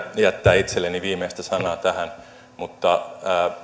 jättää itselleni viimeistä sanaa tähän mutta